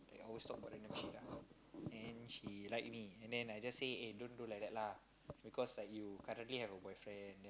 always talk about random shit ah then she like me and then I just say eh don't don't like that lah because like you currently have a boyfriend then